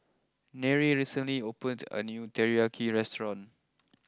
Nery recently opened a new Teriyaki restaurant